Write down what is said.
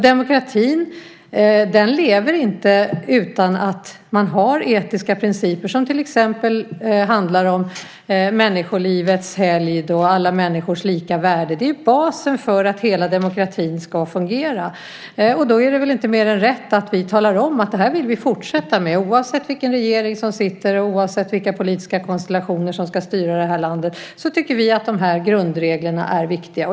Demokratin lever inte utan att man har etiska principer som till exempel handlar om människolivets helgd och alla människors lika värde. Det är basen för att hela demokratin ska fungera. Och då är det väl inte mer än rätt att vi talar om att det här vill vi fortsätta med. Oavsett vilken regering som sitter och oavsett vilka politiska konstellationer som ska styra det här landet tycker vi att de här grundreglerna är viktiga.